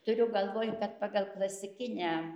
turiu galvoj kad pagal klasikinę